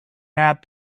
not